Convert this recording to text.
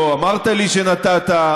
לא אמרת לי שנתת,